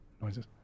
noises